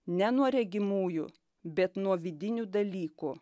ne nuo regimųjų bet nuo vidinių dalykų